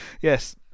yes